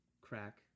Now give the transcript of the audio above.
crack